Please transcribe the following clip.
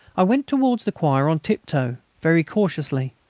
i went towards the choir on tip-toe, very cautiously.